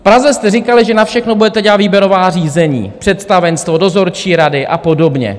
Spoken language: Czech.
V Praze jste říkali, že na všechno budete dělat výběrová řízení představenstvo, dozorčí rady a podobně.